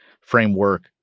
framework